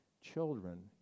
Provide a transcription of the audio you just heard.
children